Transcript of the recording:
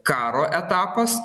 karo etapas